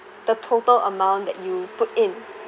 the total amount that you put in